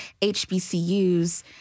HBCUs